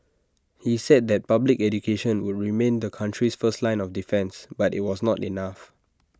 he said that public education would remain the country's first line of defence but IT was not enough